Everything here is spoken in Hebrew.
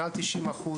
מעל 90%